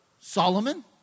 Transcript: Solomon